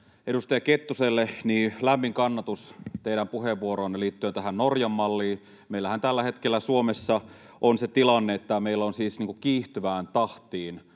Edustaja Kettuselle: lämmin kannatus teidän puheenvuoroonne liittyen tähän Norjan-malliin. Meillähän tällä hetkellä Suomessa on siis se tilanne, että meillä on kiihtyvään tahtiin